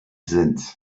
sind